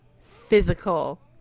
physical